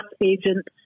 agents